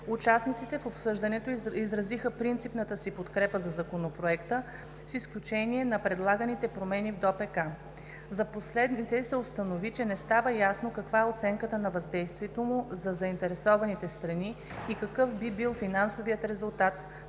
Участниците в обсъждането изразиха принципната си подкрепа за Законопроекта, с изключение на предлаганите промени в ДОПК. За последните се установи, че не става ясно каква е оценката на въздействието му за заинтересованите страни и какъв би бил финансовият резултат,